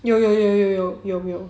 有有有